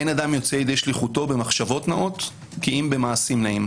אין אדם יוצא ידי שליחותו במחשבות נאות כי אם במעשים נאים.